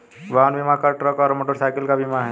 वाहन बीमा car, truck और मोटरसाइकिल का बीमा है